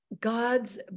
God's